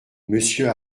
monsieur